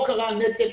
פה קרה הנתק,